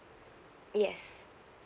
yes